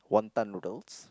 wonton noodles